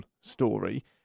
story